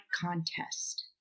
contest